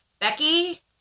Becky